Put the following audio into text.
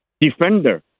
defender